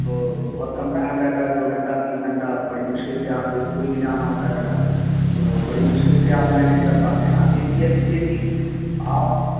تو بہت کم ٹائم رہتا ہے دو گھنٹہ تین گھنٹہ بڑی مشکل سے آپ کو اسکول بھی جانا ہوتا ہے بیٹا تو بڑی مشکل سے آپ مینج کر پاتے ہیں آپ یہ کیا کیجیے کہ آپ